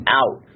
out